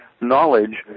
knowledge